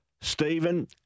Stephen